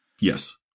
Yes